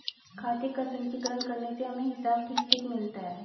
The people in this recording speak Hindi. खाते का संचीकरण करने से हमें हिसाब ठीक ठीक मिलता है